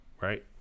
right